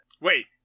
Wait